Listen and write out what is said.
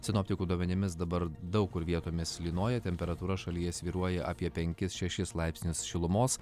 sinoptikų duomenimis dabar daug kur vietomis lynoja temperatūra šalyje svyruoja apie penkis šešis laipsnius šilumos